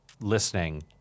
listening